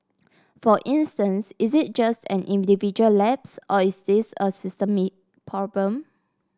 for instance is it just an individual lapse or is this a systemic problem